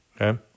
Okay